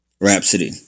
rhapsody